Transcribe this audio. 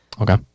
Okay